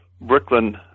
Brooklyn